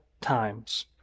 times